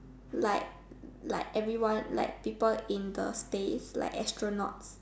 like like everyone like people in the space like astronauts